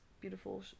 beautiful